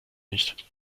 nicht